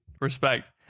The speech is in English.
Respect